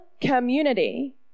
community